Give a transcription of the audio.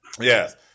Yes